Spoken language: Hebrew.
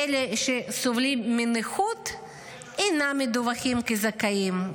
אלה שסובלים מנכות אינם מדווחים כזכאים.